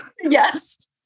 yes